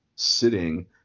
Sitting